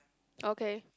okay